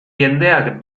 jendeak